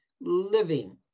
living